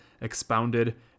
expounded